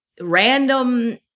random